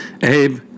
Abe